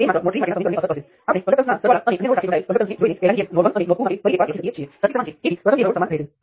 તેથી mesh number 3 માટે આપણી પાસે તે જ સમીકરણ છે જે પહેલા હતું આનાં બરાબર 0 છે